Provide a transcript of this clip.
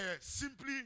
simply